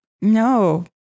No